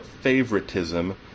favoritism